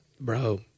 bro